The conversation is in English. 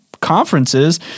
conferences